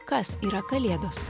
kas yra kalėdos